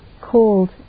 called